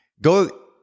go